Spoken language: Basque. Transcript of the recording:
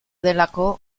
delako